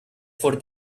for